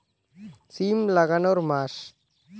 সিম লাগানোর মাস?